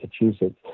Massachusetts